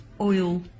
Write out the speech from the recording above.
oil